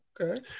Okay